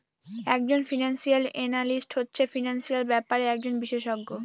এক জন financial analyst হচ্ছে ফিনান্সিয়াল ব্যাপারের একজন বিশষজ্ঞ